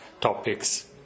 topics